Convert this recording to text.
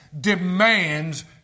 demands